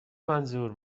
منظور